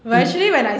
is